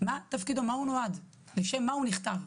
הנציגות של מאוחדת, ואז אשמח להתייחסות שלכם.